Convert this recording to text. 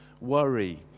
worry